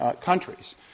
countries